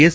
S